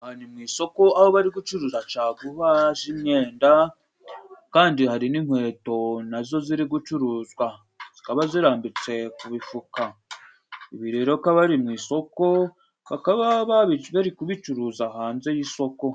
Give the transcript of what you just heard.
Aha ni mu isoko aho bari gucuruza caguwa z'imyenda, kandi hari n'inkweto na zo ziri gucuruzwa zikaba zirambitse ku bifuka, ibi rero akaba ari mu isoko bakaba bari kubicuruza hanze y'isoko.